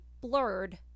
blurred